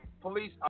police